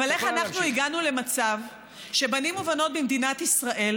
אבל איך אנחנו הגענו למצב שבנים ובנות במדינת ישראל,